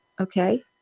Okay